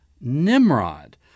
Nimrod